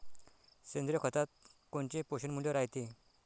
सेंद्रिय खतात कोनचे पोषनमूल्य रायते?